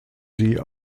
sie